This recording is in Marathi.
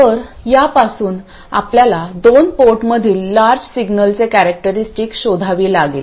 तर यापासून आपल्याला दोन पोर्टमधील लार्ज सिग्नलचे कॅरेक्टरीस्टिक शोधावी लागेल